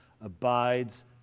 abides